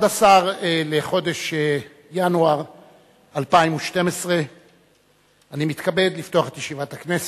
11 בחודש ינואר 2012. אני מתכבד לפתוח את ישיבת הכנסת.